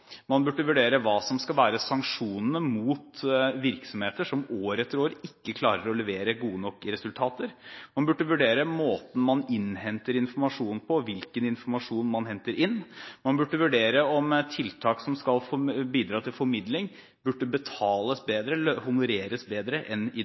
man: vurdere om kravene som stilles fra Nav til tiltaksleverandørene, er strenge nok vurdere hva som skal være sanksjonene mot virksomheter som år etter år ikke klarer å levere gode nok resultater vurdere måten man innhenter informasjon på, og hvilken informasjon man henter inn vurdere om tiltak som skal bidra til formidling, burde betales